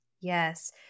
Yes